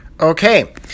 Okay